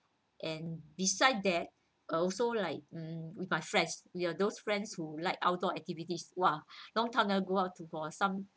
and besides that I also like um with my friends we have those friends who like outdoor activities !wah! long time never go out to for some